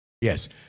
Yes